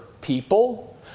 people